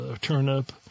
turnip